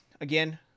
again